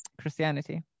Christianity